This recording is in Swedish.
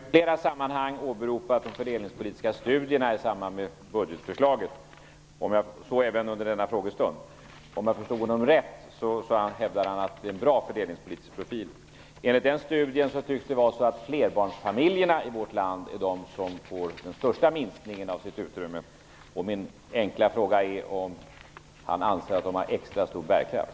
Fru talman! Återigen en fråga till finansministern. Han har i flera sammanhang åbropat de fördelningspolitiska studierna i samband med budgetförslaget, och så även under denna frågestund. Om jag förstod honom rätt hävdar han att det är en bra fördelningspolitisk profil. I studien tycks det vara så att flerbarnsfamiljer i vårt land är de som för den största minskningen av sitt utrymme. Min enkla fråga är: Anser finansministern att de har extra stor bärkraft?